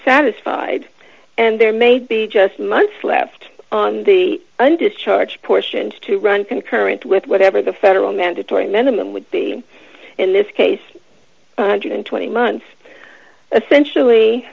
satisfied and there may be just months left on the undischarged portions to run concurrent with whatever the federal mandatory minimum would be in this case and twenty months essentially